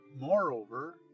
Moreover